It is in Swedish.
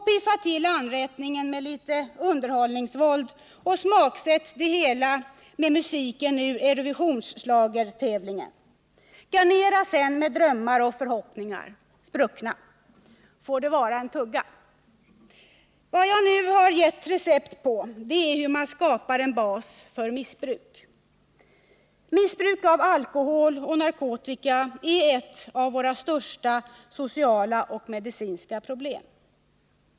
Piffa till anrättningen med lite underhållningsvåld, och smaksätt det hela med musiken ur Eurovisionsschlagertävlingen. Garnera sedan med drömmar och förhoppningar — spruckna. Får det vara en tugga? Vad jag nu har gett recept på är hur man skapar en bas för missbruk. Missbruk av alkohol och narkotika är ett av våra största sociala och medicinska problem.